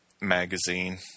Magazine